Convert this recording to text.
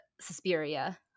suspiria